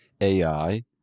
AI